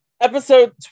Episode